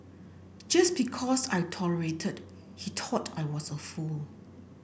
just because I tolerated he thought I was a fool